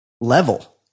level